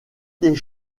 des